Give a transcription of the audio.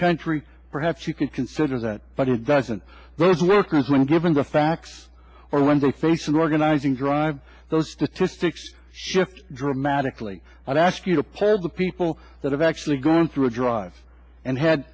country perhaps you could consider that but it doesn't those workers when given the facts or remember faces organizing drive those statistics shift dramatically and ask you to pull the people that have actually gone through a drive and had